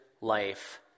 life